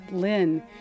Lynn